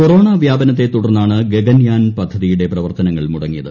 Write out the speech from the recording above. corona വ്യാപനത്തെ തുടർന്നാണ് ഗഗൻയാൻ പദ്ധതിയുടെ പ്രവർത്തനങ്ങൾ മുടങ്ങിയത്